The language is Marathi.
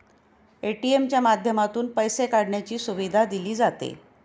ए.टी.एम च्या माध्यमातून पैसे काढण्याची सुविधा दिली जाते